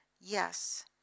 Yes